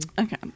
Okay